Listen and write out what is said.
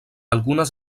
algunes